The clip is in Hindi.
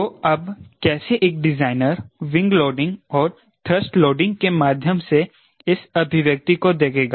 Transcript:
तो अब कैसे एक डिजाइनर विंग लोडिंग और थ्रस्ट लोडिंग के माध्यम से इस अभिव्यक्ति को देखेगा